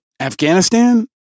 Afghanistan